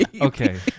okay